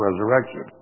resurrection